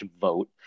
vote